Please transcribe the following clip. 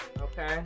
okay